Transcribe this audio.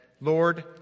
Lord